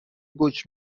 گوش